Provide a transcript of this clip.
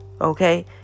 Okay